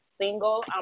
single